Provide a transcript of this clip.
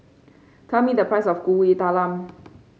tell me the price of Kuih Talam